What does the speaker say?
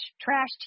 trash